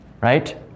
right